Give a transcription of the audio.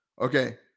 Okay